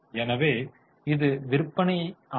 எனவே இது விற்பனை ஆகும்